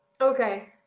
Okay